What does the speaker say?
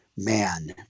man